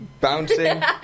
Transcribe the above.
bouncing